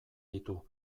ditu